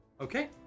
Okay